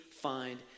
find